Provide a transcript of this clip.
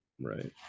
Right